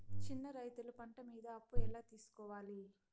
చిన్న రైతులు పంట మీద అప్పు ఎలా తీసుకోవాలి?